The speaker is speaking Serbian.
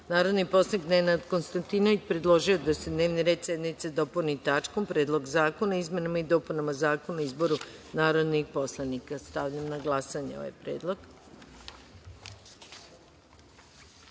predlog. Narodni poslanik Nenad Konstantinović predložio je da se dnevni red sednice dopuni tačkom - Predlog zakona o izmenama i dopunama Zakona o izboru narodnih poslanika. Stavljam na glasanje ovaj